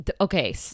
okay